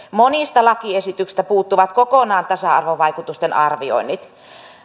monista lakiesityksistä puuttuvat kokonaan tasa arvovaikutusten arvioinnit